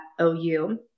OU